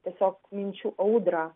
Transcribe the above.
tiesiog minčių audrą